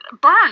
burn